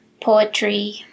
poetry